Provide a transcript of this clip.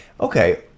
okay